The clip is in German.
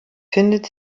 findet